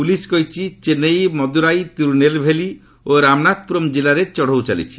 police କହିଛି ଚେନ୍ନାଇ ମଦୁରାଇ ତିରୁନେଲ୍ଭେଲି ଓ ରାମନାଥପୁରମ୍ କିଲ୍ଲାରେ ଚଢ଼ାଉ ଚାଲିଛି